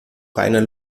reiner